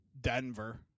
Denver